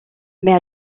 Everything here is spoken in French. mais